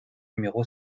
numéro